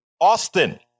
Austin